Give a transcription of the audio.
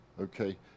okay